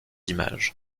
images